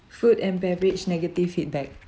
food and beverage negative feedback